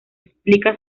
explica